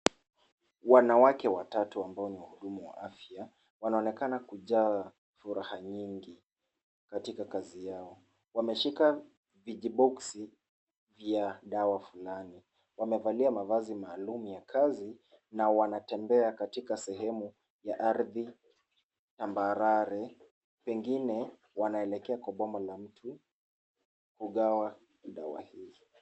Wanawake watatu ambao ni wahudumu wa afya wanaonekana kujaa furaha nyingi katika kazi yao, wameshika vijiboxi vya dawa fulani, wamevalia mavazi maalum ya kazi na wanatembea katika sehemu ya ardhi tambarare, pengine wanaelekea kwa boma la mtu kugawa dawa hizo.